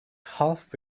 half